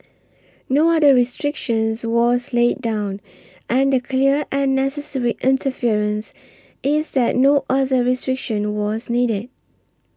no other restriction was laid down and the clear and necessary inference is that no other restriction was needed